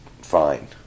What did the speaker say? fine